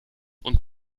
und